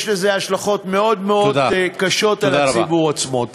יש לזה השלכות מאוד מאוד קשות על הציבור עצמו.